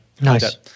Nice